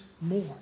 more